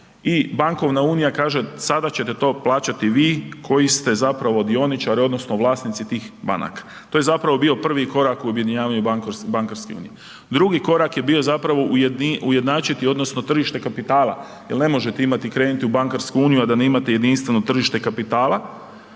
i bankovna unija kaže sada ćete to plaćati vi koji ste zapravo dioničari odnosno vlasnici tih banaka. To je zapravo bio prvi korak u objedinjavanju bankarske unije. Drugi korak je bio zapravo ujednačiti odnosno tržište kapitala jer ne možete imati kredit u bankarsku uniju a da nemate jedinstveno tržište kapitala